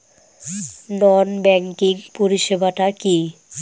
নন banking পরিষেবা টা কি?